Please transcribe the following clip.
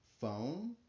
phone